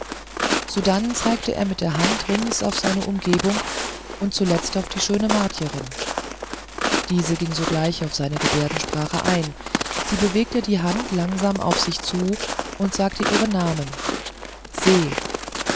sodann zeigte er mit der hand rings auf seine umgebung und zuletzt auf die schöne martierin diese ging sogleich auf seine gebärdensprache ein sie bewegte die hand langsam auf sich zu und sagte ihren namen